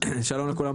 שלום לכולם,